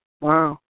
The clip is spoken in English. wow